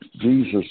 Jesus